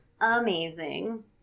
amazing